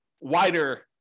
wider